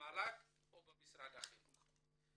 במל"ג או במשרד החינוך.